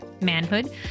manhood